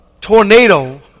tornado